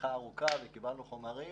שיחה ארוכה וקיבלנו חומרים.